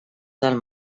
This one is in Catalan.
del